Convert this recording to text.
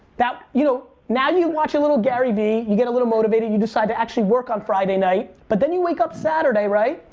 you know now, you watch a little gary vee, you get a little motivated, you decide to actually work on friday night. but then you wake up saturday, right?